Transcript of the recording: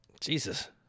Jesus